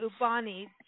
Ubani